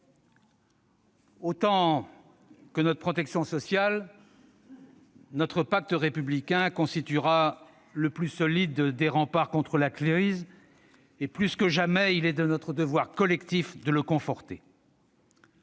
Autant que notre protection sociale, notre pacte républicain constituera le plus solide des remparts contre la crise. Plus que jamais, il est de notre devoir collectif de le conforter.